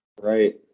Right